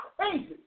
crazy